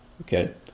okay